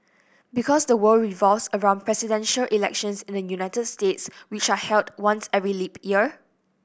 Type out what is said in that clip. because the world revolves around presidential elections in the United States which are held once every leap year